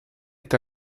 est